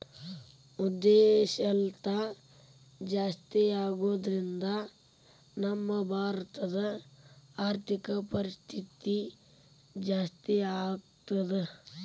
ಉದ್ಯಂಶೇಲ್ತಾ ಜಾಸ್ತಿಆಗೊದ್ರಿಂದಾ ನಮ್ಮ ಭಾರತದ್ ಆರ್ಥಿಕ ಪರಿಸ್ಥಿತಿ ಜಾಸ್ತೇಆಗ್ತದ